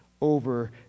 over